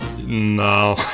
No